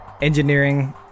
Engineering